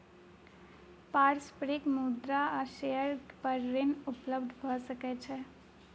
पारस्परिक मुद्रा आ शेयर पर ऋण उपलब्ध भ सकै छै